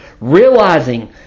realizing